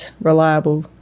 reliable